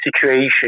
situation